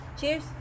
Cheers